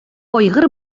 айгыр